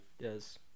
Yes